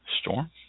Storm